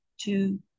two